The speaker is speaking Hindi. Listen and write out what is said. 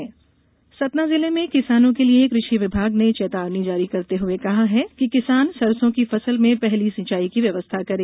किसान सलाह सतना जिले में किसानों के लिए कृषि विभाग ने चेतावनी जारी करते हुए कहा है कि किसान सरसों की फसल में पहली सिंचाई की व्यवस्था करें